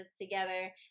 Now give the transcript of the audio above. together